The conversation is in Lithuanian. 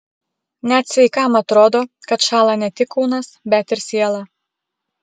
net sveikam atrodo kad šąla ne tik kūnas bet ir siela